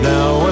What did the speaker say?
Now